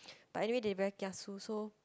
but anyway they very kiasu so